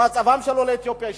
מצבם של עולי אתיופיה השתפר?